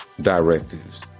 directives